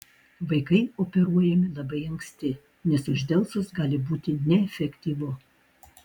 vaikai operuojami labai anksti nes uždelsus gali būti neefektyvu